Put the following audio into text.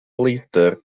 leidr